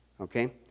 okay